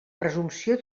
presumpció